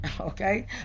Okay